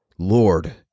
Lord